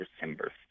December